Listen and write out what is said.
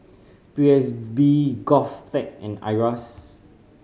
P S B GovTech and IRAS